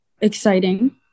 exciting